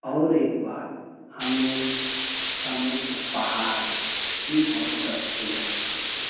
और एक बात हमें समुद्र पहाड़ ये बहुत अच्छे लगते हैं